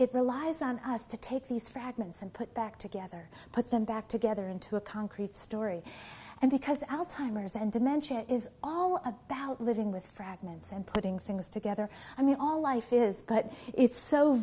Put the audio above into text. it relies on us to take these fragments and put back together put them back together into a concrete story and because alzheimer's and dementia is all about living with fragments and putting things together i mean all life is but it's so